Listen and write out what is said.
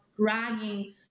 dragging